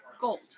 gold